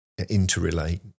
interrelate